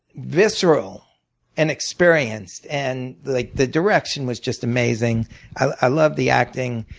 visceral an experience and like the direction was just amazing i love the acting.